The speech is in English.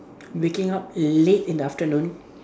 waking up late in the afternoon